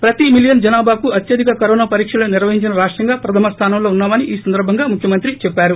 ప్రతి మిలియన్ జనాభాకు అత్యధిక కరోనా పరీక్షలు నిర్వహించిన రాష్టంగా ప్రథమ స్థానంలో ఉన్నామని ఈ సందర్బంగా ముఖ్యమంత్రి చెప్పారు